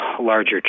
larger